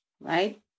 Right